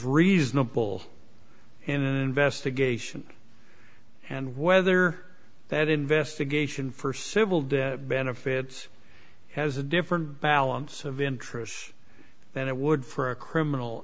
reasonable in an investigation and whether that investigation for civil death benefits has a different balance of interests than it would for a criminal